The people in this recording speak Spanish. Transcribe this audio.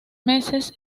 meses